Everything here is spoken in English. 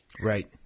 right